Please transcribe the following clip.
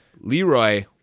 Leroy